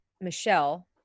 michelle